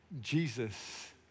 Jesus